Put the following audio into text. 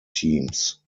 teams